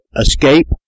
escape